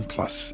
Plus